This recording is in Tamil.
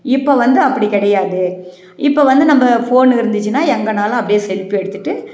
இப்போ வந்து அப்படி கிடையாது இப்போ வந்து நம்ம ஃபோன் இருந்துச்சுன்னா எங்கேனாலும் அப்படியே செல்ஃபி எடுத்துட்டு